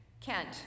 Kent